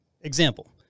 Example